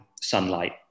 sunlight